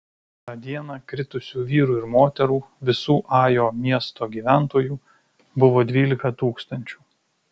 tą dieną kritusių vyrų ir moterų visų ajo miesto gyventojų buvo dvylika tūkstančių